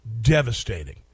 devastating